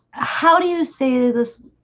how do you say this